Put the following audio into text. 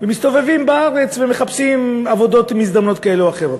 ומסתובבים בארץ ומחפשים עבודות מזדמנות כאלה או אחרות.